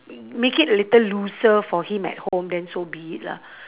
make it a little looser for him at home then so be it lah